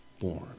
born